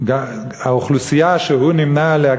שהאוכלוסייה שהוא נמנה עליה,